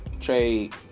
Trade